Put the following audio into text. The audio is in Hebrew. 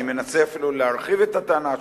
אני מנסה אפילו להרחיב את הטענה שלך,